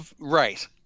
Right